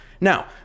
Now